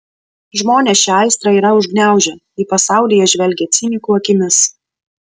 žmonės šią aistrą yra užgniaužę į pasaulį jie žvelgia cinikų akimis